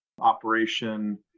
operation